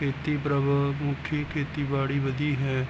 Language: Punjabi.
ਖੇਤੀ ਪ੍ਰਭ ਮੁਖੀ ਖੇਤੀਬਾੜੀ ਵਧੀ ਹੈ